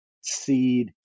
seed